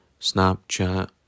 Snapchat